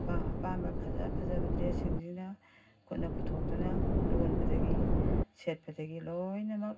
ꯑꯄꯥꯝ ꯑꯄꯥꯝꯕ ꯐꯖ ꯐꯖꯕ ꯗ꯭ꯔꯦꯁꯁꯤꯡꯁꯤꯅ ꯑꯩꯈꯣꯏꯅ ꯄꯨꯊꯣꯛꯇꯨꯅ ꯂꯣꯟꯕꯗꯒꯤ ꯁꯦꯠꯄꯗꯒꯤ ꯂꯣꯏꯅꯃꯛ